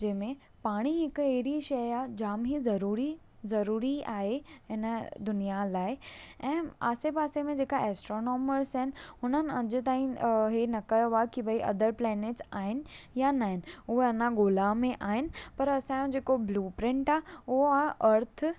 जंहिं में पाणी हिकु अहिड़ी शइ आहे जाम ई ज़रूरी ज़रूरी आहे हिन दुनिया लाइ ऐं आसे पासे में जेका एस्ट्रोनॉर्मस आहिनि हुननि अॼु तांई इहो न कयो आहे कि भई अंदरि प्लैनिट आहिनि या न आहिनि उहा अञा ॻोल्हा में आहिनि पर असां जो जेको ब्लूप्रिंट आहे उहो आहे अर्थ